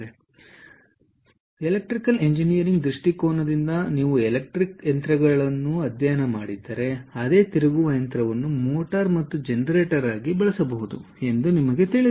ಆದ್ದರಿಂದ ಅದು ಸಾಧ್ಯ ಮತ್ತು ಎಲೆಕ್ಟ್ರಿಕಲ್ ಎಂಜಿನಿಯರಿಂಗ್ದೃಷ್ಟಿಕೋನದಿಂದ ನೀವು ಎಲೆಕ್ಟ್ರಿಕ್ ಯಂತ್ರಗಳನ್ನು ಅಧ್ಯಯನ ಮಾಡಿದ್ದರೆ ಅದೇ ತಿರುಗುವ ಯಂತ್ರವನ್ನು ಮೋಟಾರ್ ಮತ್ತು ಜನರೇಟರ್ ಆಗಿ ಬಳಸಬಹುದು ಎಂದು ನಿಮಗೆ ತಿಳಿದಿರುತ್ತದೆ